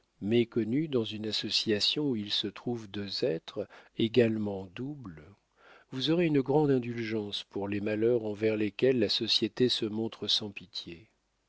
méconnues dans une association où il se trouve deux êtres également doubles vous aurez une grande indulgence pour les malheurs envers lesquels la société se montre sans pitié